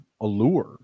allure